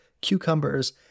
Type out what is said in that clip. cucumbers